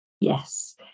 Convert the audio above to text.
Yes